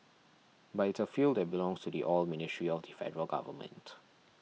but it's a field that belongs to the Oil Ministry of the Federal Government